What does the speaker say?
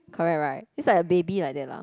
correct right just like a baby like that lah